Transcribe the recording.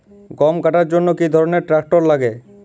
গম কাটার জন্য কি ধরনের ট্রাক্টার লাগে?